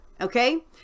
Okay